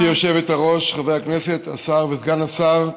גברתי היושבת-ראש, חברי הכנסת, השר וסגן השר,